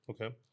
okay